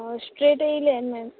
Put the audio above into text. straight येयले ma'am